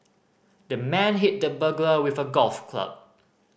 the man hit the burglar with a golf club